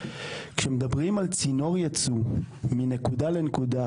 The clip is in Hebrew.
כשמדברים על צינור ייצוא מנקודה לנקודה,